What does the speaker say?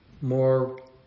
more